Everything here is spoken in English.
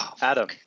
adam